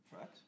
Right